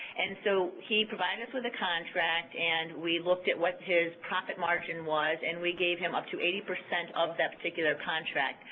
and so he provided us with a contract and we looked at what his profit margin was, and we gave him up to eighty percent of that particular contract.